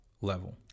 level